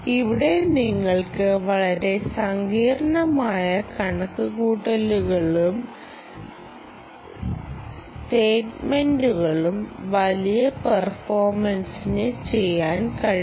ഇവിടെ നിങ്ങൾക്ക് വളരെ സങ്കീർണ്ണമായ കണക്കുകൂട്ടലുകളും സ്റ്റേറ്റ്മെന്റുകളും വലിയ പെർഫോർമെൻസിൽ ചെയ്യാൻ കഴിയും